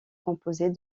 composée